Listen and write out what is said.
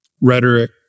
rhetoric